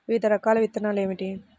వివిధ రకాల విత్తనాలు ఏమిటి?